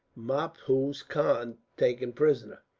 maphuz khan, taken prisoner.